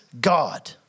God